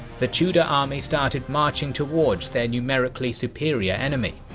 the tudor army started marching towards their numerically superior enemy.